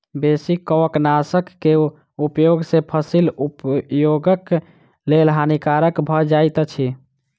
बेसी कवकनाशक के उपयोग सॅ फसील उपभोगक लेल हानिकारक भ जाइत अछि